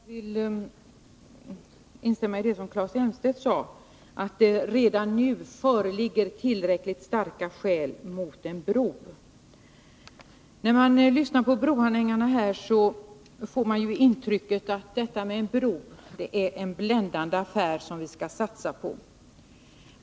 Herr talman! Jag vill instämma i det som Claes Elmstedt sade, nämligen att det redan nu föreligger tillräckligt starka skäl mot en bro. När jag lyssnar på broanhängarna här får jag intrycket att en bro är en bländande affär, som vi skall satsa på.